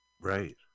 Right